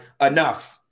enough